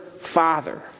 father